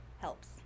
helps